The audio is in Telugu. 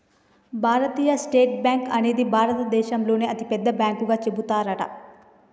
భారతీయ స్టేట్ బ్యాంక్ అనేది భారత దేశంలోనే అతి పెద్ద బ్యాంకు గా చెబుతారట